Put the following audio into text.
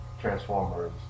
Transformers